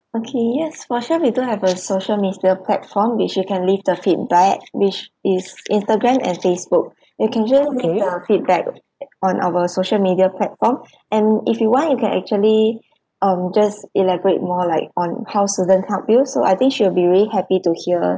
okay yes for sure we do have a social media platform which you can leave the feedback which is Instagram and Facebook you can just leave a feedback on our social media platform and if you want you can actually um just elaborate more like on how susan helped you so I think she will be really happy to hear